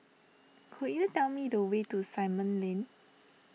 could you tell me the way to Simon Lane